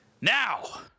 Now